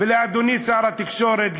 ואל אדוני שר התקשורת,